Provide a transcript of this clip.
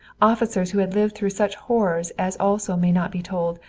officers who had lived through such horrors as also may not be told,